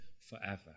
forever